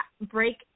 break